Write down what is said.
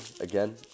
again